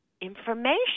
information